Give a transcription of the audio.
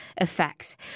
effects